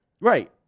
Right